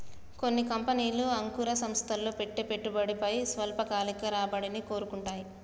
కొన్ని కంపెనీలు అంకుర సంస్థల్లో పెట్టే పెట్టుబడిపై స్వల్పకాలిక రాబడిని కోరుకుంటాయి